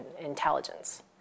intelligence